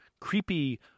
creepy